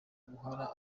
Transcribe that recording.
guhora